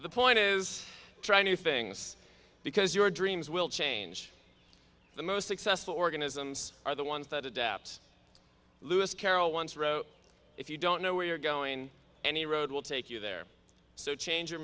the point is trying new things because your dreams will change the most successful organisms are the ones that adept lewis carroll once wrote if you don't know where you're going any road will take you there so change your